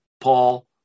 Paul